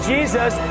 Jesus